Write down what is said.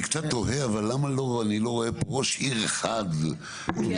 אבל אני קצת תוהה למה אני לא רואה ראש עיר אחד מהערים?